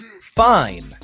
fine